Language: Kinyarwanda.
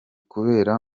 kubera